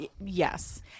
Yes